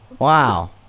Wow